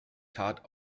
tat